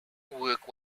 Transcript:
work